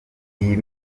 iyi